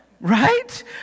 right